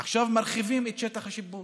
עכשיו מרחיבים את שטח השיפוט